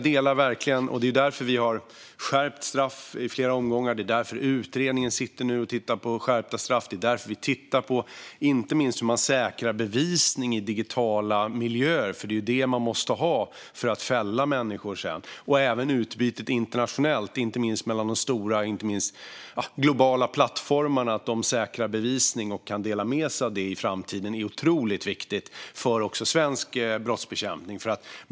Det är därför vi har skärpt straff i flera omgångar. Det är därför utredningen nu sitter och tittar på skärpta straff. Det är därför vi tittar på inte minst hur man säkrar bevisning i digitala miljöer - det är ju det man måste ha för att fälla människor. Det handlar också om utbytet internationellt, inte minst med de stora, globala plattformarna. Att de säkrar bevisning och kan dela med sig av den i framtiden är otroligt viktigt också för svensk brottsbekämpning.